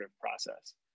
process